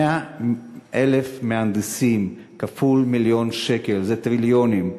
100,000 מהנדסים כפול מיליון שקל זה טריליונים.